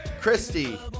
Christy